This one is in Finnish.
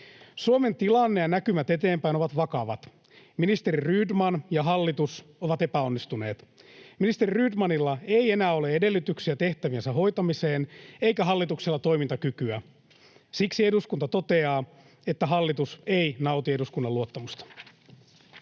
”Suomen tilanne ja näkymät eteenpäin ovat vakavat. Ministeri Rydman ja hallitus ovat epäonnistuneet. Ministeri Rydmanilla ei enää ole edellytyksiä tehtäviensä hoitamiseen eikä hallituksella toimintakykyä. Siksi eduskunta toteaa, että hallitus ei nauti eduskunnan luottamusta.”